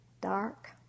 dark